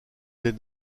des